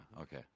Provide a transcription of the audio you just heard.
Okay